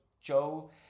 joe